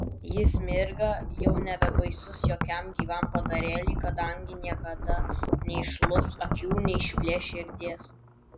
jis mirga jau nebebaisus jokiam gyvam padarėliui kadangi niekada neišlups akių neišplėš širdies